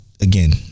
again